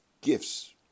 gifts